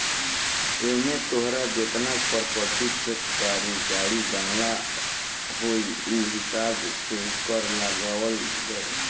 एमे तोहार जेतना प्रापर्टी खेत बारी, गाड़ी बंगला होई उ हिसाब से कर लगावल जाई